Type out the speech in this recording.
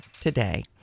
today